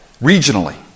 regionally